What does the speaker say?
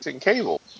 Cable